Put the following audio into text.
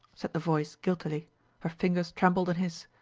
said the voice guiltily her fingers trembled on his,